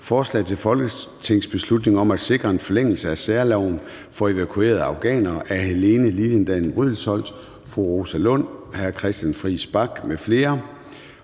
Forslag til folketingsbeslutning om at sikre en forlængelse af særloven for evakuerede afghanere. Af Helene Liliendahl Brydensholt (ALT), Rosa Lund (EL) og Christian Friis Bach (RV)